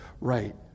right